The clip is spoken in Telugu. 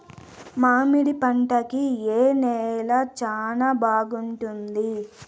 మామిడి పంట కి ఏ నేల చానా బాగుంటుంది